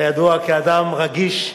אתה ידוע כאדם רגיש וחברתי,